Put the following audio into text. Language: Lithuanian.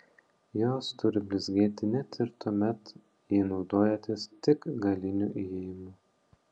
jos turi blizgėti net ir tuomet jei naudojatės tik galiniu įėjimu